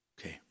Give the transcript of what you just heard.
Okay